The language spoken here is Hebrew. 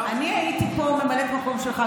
אני הייתי פה ממלאת מקום שלך,